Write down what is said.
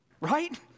Right